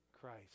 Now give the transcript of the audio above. Christ